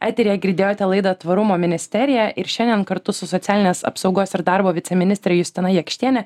eteryje girdėjote laidą tvarumo ministerija ir šiandien kartu su socialinės apsaugos ir darbo viceministre justina jakštiene